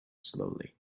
slowly